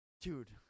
Dude